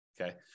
Okay